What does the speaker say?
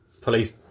police